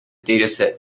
dataset